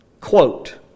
Quote